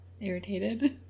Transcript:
irritated